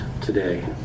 today